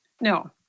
No